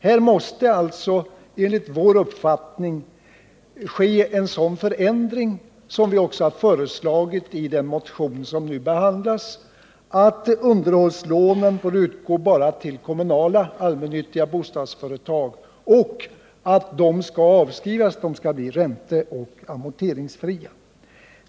Här måste det enligt vår uppfattning ske sådana förändringar som vi föreslagit i den motion som nu behandlas, att underhållslånen får utgå bara till kommunala allmännyttiga bostadsföretag och att de skall avskrivas och bli ränteoch amorteringsfria.